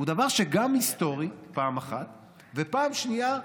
הוא דבר שהוא גם היסטורי, פעם אחת, ופעם שנייה,